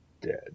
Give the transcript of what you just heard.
dead